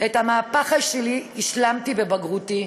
את המהפך שלי השלמתי בבגרותי,